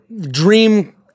dream